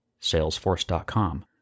Salesforce.com